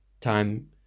time